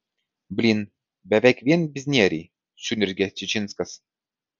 blyn beveik vien biznieriai suniurzgė čičinskas